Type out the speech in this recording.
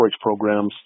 programs